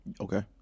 Okay